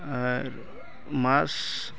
মাছ